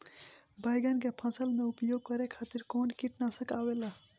बैंगन के फसल में उपयोग करे खातिर कउन कीटनाशक आवेला?